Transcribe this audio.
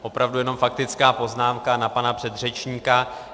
Opravdu jenom faktická poznámka na pana předřečníka.